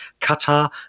Qatar